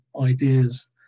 ideas